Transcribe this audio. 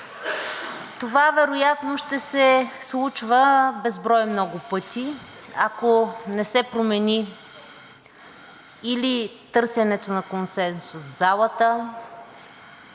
Това вероятно ще се случва безброй много пъти, ако не се промени или търсенето на консенсус в залата,